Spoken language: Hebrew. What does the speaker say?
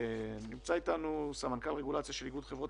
נמצא אתנו סמנכ"ל רגולציה של איגוד חברות